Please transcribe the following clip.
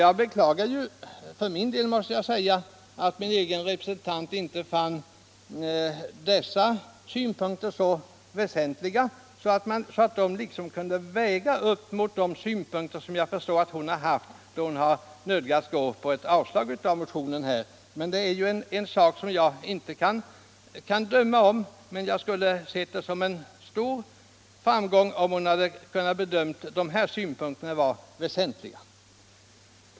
Jag beklagar att mitt eget partis representant i utskottet inte fann dessa synpunkter så väsentliga att de kunde uppväga de synpunkter som gjort att hon nödgats biträda yrkandet om avslag på motionen. Jag vill inte döma om detta, utan beklagar bara att hon inte ansåg mina synpunkter mer väsentliga.